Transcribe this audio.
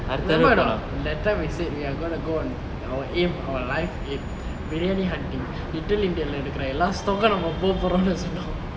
remember or not that time we said we are going to go on our aim our life is biryani hunting little india இருக்குர எல்லாம்:irukkura ellam store நம்ப போ போரோம் சொன்னோம்:nambe po porom sonnom